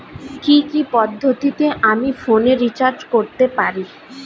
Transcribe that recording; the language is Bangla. কি কি পদ্ধতিতে আমি ফোনে রিচার্জ করতে পারি?